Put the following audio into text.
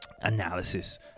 analysis